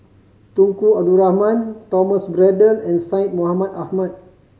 Tunku Abdul Rahman Thomas Braddell and Syed Mohamed Ahmed